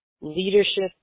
leadership